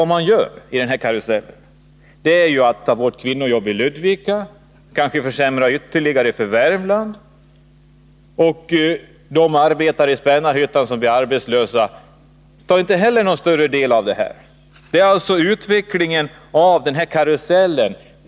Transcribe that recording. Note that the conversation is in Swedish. Vad man gör i den här karusellen är alltså att man tar bort kvinnojobben i Ludvika och kanske försämrar ytterligare för Värmland. De arbetare i Spännarhyttan som blir arbetslösa får inte heller någon större glädje av det här.